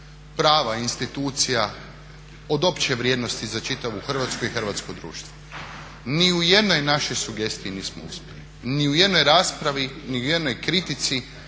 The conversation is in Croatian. prava institucija od opće vrijednosti za čitavu Hrvatsku i hrvatsko društvo. Ni u jednoj našoj sugestiji nismo uspjeli, ni u jednoj raspravi, ni u jednoj kritici,